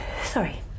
Sorry